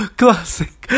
classic